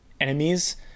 enemies